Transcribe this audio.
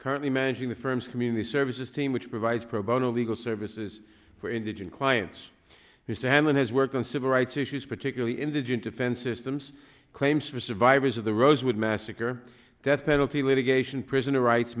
currently managing the firm's community services team which provides pro bono legal services for indigent clients he stands on his work on civil rights issues particularly indigent defense systems claims for survivors of the rosewood massacre death penalty litigation prisoner rights